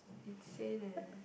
insane eh